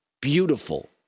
beautiful